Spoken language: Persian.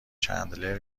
چندلر